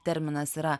terminas yra